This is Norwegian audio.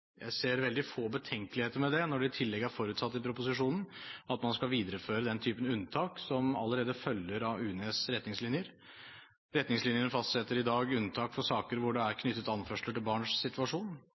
Jeg ser veldig få betenkeligheter med det, når det i tillegg er forutsatt i proposisjonen at man skal videreføre den typen unntak som allerede følger av UNEs retningslinjer. Retningslinjene fastsetter i dag unntak for saker hvor det er